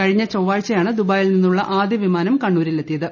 കഴിഞ്ഞ ചൊവ്വാഴ്ചയാണ് ദുബായിൽ നിന്നുള്ള ആദ്യവിമാനം കണ്ണൂരിൽ എത്തിയത്